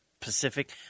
Pacific